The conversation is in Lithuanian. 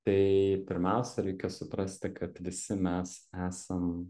tai pirmiausia reikia suprasti kad visi mes esam